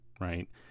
right